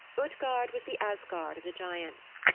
utgard was the asgard of the giants.